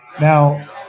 Now